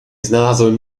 znalazłem